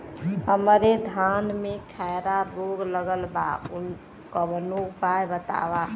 हमरे धान में खैरा रोग लगल बा कवनो उपाय बतावा?